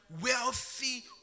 wealthy